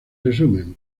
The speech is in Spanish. resumen